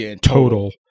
total